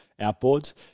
outboards